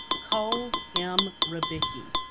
cole m. ribicki